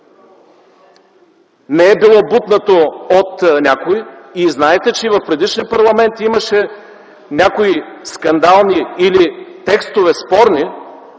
не е било бутнато от някого. И знаете, че и в предишния парламент имаше някои скандални или спорни